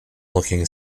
looking